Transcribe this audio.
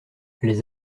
les